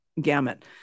gamut